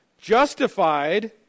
justified